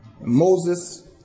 Moses